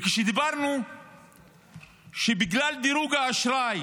וכשדיברנו שבגלל דירוג האשראי